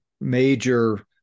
major